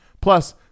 Plus